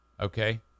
Okay